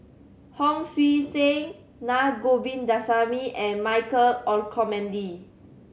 Hon Sui Sen Naa Govindasamy and Michael Olcomendy